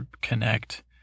connect